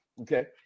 okay